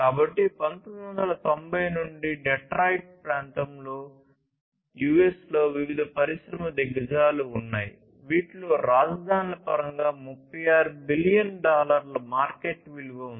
కాబట్టి 1990 నుండి డెట్రాయిట్ ప్రాంతంలో యుఎస్ లో వివిధ పరిశ్రమ దిగ్గజాలు ఉన్నాయి వీటిలో రాజధానుల పరంగా 36 బిలియన్ డాలర్ల మార్కెట్ విలువ ఉంది